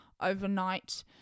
overnight